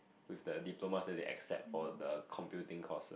with the diplomas that they accept for the computing course